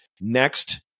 next